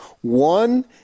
One